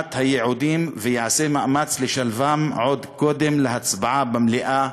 הייעודים וייעשה מאמץ לשלבן עוד קודם להצבעה במליאה,